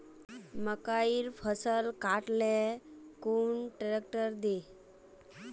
मकईर फसल काट ले कुन ट्रेक्टर दे?